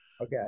okay